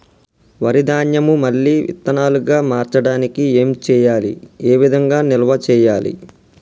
వరి ధాన్యము మళ్ళీ విత్తనాలు గా మార్చడానికి ఏం చేయాలి ఏ విధంగా నిల్వ చేయాలి?